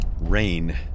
Rain